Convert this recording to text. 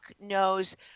knows